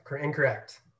incorrect